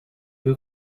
who